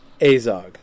Azog